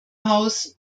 haus